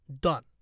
done